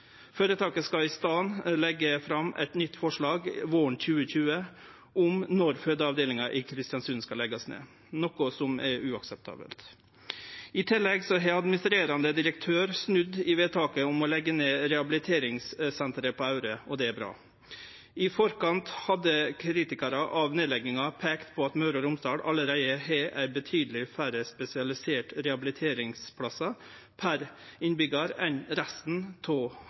Føretaket skal i staden leggje fram eit nytt forslag våren 2020 om når fødeavdelinga i Kristiansund skal leggjast ned – noko som er uakseptabelt. I tillegg har administrerande direktør snudd i vedtaket om å leggje ned rehabiliteringssenteret på Aure, og det er bra. I forkant hadde kritikarar av nedlegginga peikt på at Møre og Romsdal allereie har betydeleg færre spesialiserte rehabiliteringsplassar per innbyggjar enn resten av